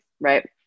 right